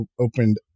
opened